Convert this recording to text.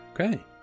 okay